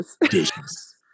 dishes